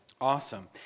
awesome